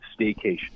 staycation